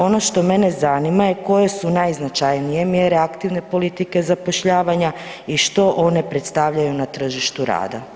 Ono što mene zanima koje su najznačajnije mjere aktivne politike zapošljavanja i što one predstavljaju na tržištu rada?